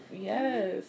Yes